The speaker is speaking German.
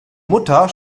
mutter